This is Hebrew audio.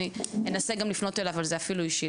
ואני אנסה גם לפנות אליו על זה אפילו אישית.